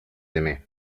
aimaient